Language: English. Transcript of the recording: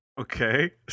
Okay